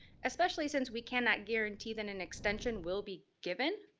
especially since we cannot guarantee that an extension will be given.